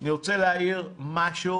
אני רוצה להעיר משהו